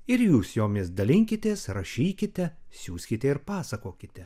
ir jūs jomis dalinkitės rašykite siųskite ir pasakokite